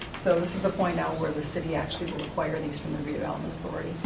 so this is the point now where the city actually will acquire these from the redevelopment authority.